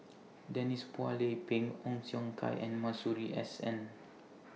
Denise Phua Lay Peng Ong Siong Kai and Masuri S N